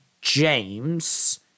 James